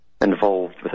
involved